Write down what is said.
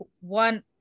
one